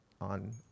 on